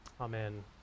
Amen